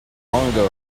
congo